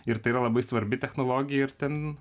ir tai yra labai svarbi technologija ir ten